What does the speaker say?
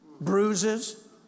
bruises